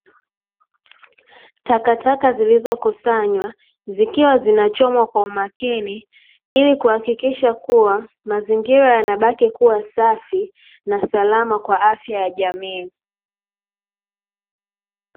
Takataka zilizokusanywa zikiwa zinachomwa kwa umakini, ili kuhakikisha kuwa mazingira yanabaki kuwa safi na salama kwa afya ya jamii.